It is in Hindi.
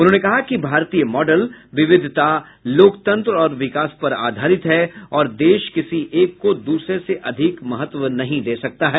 उन्होंने कहा कि भारतीय मॉडल विविधता लोकतंत्र और विकास पर आधारित है और देश किसी एक को दूसरे से अधिक महत्व नहीं दे सकता है